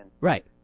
Right